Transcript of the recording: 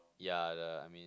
ya the I mean